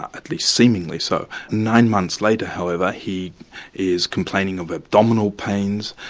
at least seemingly so. nine months later however, he is complaining of abdominal pains,